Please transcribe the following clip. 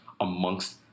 amongst